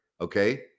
Okay